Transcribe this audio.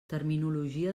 terminologia